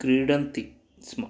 क्रीडन्ति स्म